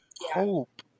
hope